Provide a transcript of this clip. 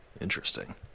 Interesting